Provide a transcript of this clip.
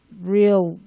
real –